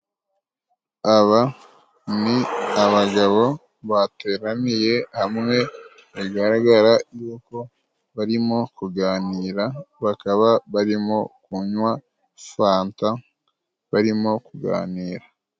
Aba ni abagabo bateraniye hamwe bigaragara yuko barimo kuganira. Bakaba barimo kunywa fanta barimo kuganira.